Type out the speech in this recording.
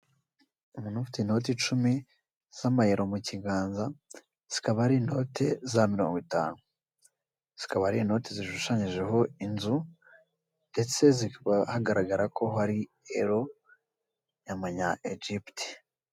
Umuntu ufite inote icumi z'amayero mu kiganza, zikaba ari inote za mirongo itanu zikaba ari inoti zishushanyijeho inzu ndetse zikaba hagaragara ko hari ero y'amanya Egypt.